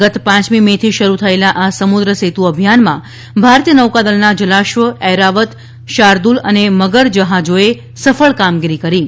ગત પાંચમી મે થી શરૂ થયેલા આ સમુદ્ર સેતુ અભિયાનમાં ભારતીય નૌકાદળના જલાશ્વ ઐરાવત શાર્દૂલ અને મગર જહાજોએ સફળ કામગીરી કરી છે